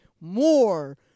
more